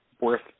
worth